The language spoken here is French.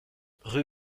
rue